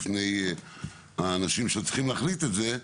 בפניי האנשים שצריכים להחליט לגבי זה,